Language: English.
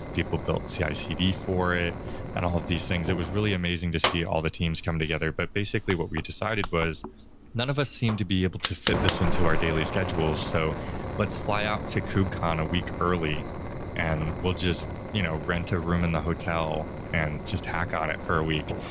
people built ah cicd for it and all of these things. it was really amazing to see all the teams come together but basically what we decided was none of us seemed to be able to fit this into our daily schedules, so let's fly out to kubecon a week early and we'll just you know rent a room in the hotel and just hack on it for a week.